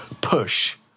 push